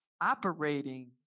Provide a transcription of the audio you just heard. operating